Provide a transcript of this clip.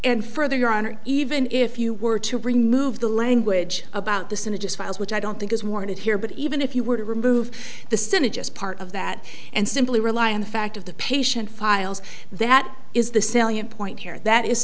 and further your honor even if you were to remove the language about the senate just files which i don't think is warranted here but even if you were to remove the senate just part of that and simply rely on the fact of the patient files that is the salient point here that is